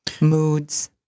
Moods